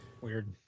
Weird